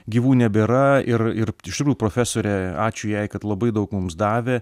gyvų nebėra ir ir iš tikrųjų profesorė ačiū jai kad labai daug mums davė